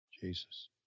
Jesus